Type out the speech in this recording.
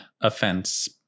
offense